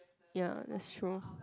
ya that's true